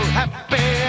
happy